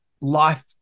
life